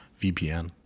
VPN